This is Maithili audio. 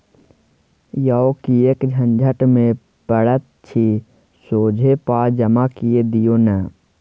यौ किएक झंझट मे पड़ैत छी सोझे पाय जमा कए दियौ न